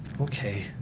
Okay